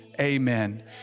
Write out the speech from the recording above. Amen